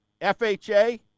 fha